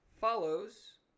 follows